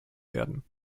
werden